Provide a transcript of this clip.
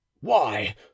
Why